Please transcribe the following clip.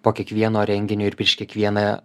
po kiekvieno renginio ir prieš kiekvieną